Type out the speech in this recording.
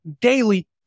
daily